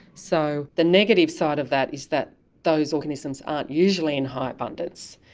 so the negative side of that is that those organisms aren't usually in high abundance.